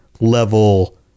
level